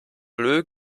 bleu